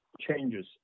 changes